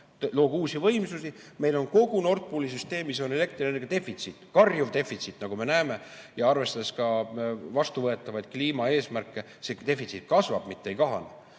Loogu uusi võimsusi. Meil on kogu Nord Pooli süsteemis elektrienergia defitsiit, karjuv defitsiit, nagu me näeme, ja arvestades ka vastuvõetavaid kliimaeesmärke, siis see defitsiit kasvab, mitte ei kahane.